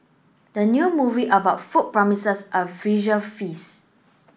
the new movie about food promises a visual feast